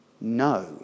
no